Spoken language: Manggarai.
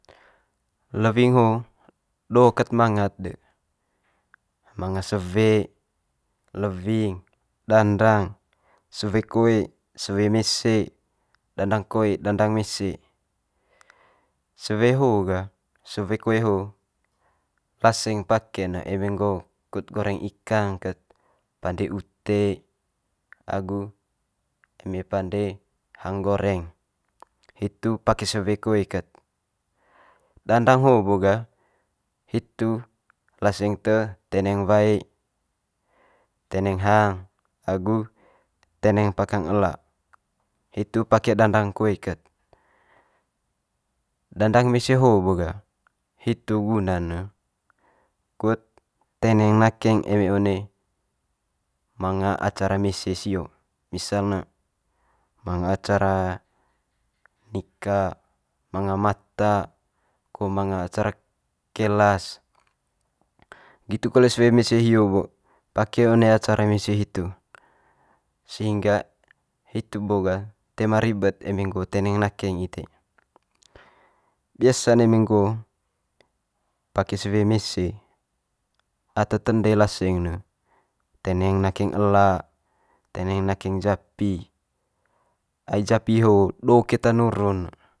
Leewing ho do ket manga'd de, manga sewe, lewing, dandang, sewe koe, sewe mese, dandang koe dandang mese. Sewe ho gah sewe koe ho laseng pake'n ne eme nggo kut goreng ikang ket, pande ute agu eme pande hang goreng hitu pake sewe koe kat. Dandang ho bo gah hitu laseng te teneng wae, teneng hang agu teneng pakang ela hitu pake dandang koe kat. Dandang mese ho bo ga hitu guna ne kut teneng nakeng eme one manga acara mese sio, misal ne manga acara nika, manga mata, ko manga acara kelas. Nggitu kole sewe mese hio bo pake one acara mese hitu, sehingga hitu bo gah toe ma ribet eme teneng nakeng ite. Biasa'n eme nggo pake sewe mese ata te ende laseng ne teneng nakeng ela teneng nakeng japi ai japi ho do keta nuru ne.